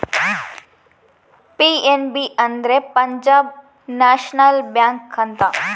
PNB ಅಂದ್ರೆ Punjab national bank ಅಂತ